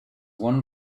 won